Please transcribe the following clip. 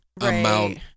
amount